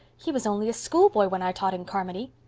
he was only a schoolboy when i taught in carmody.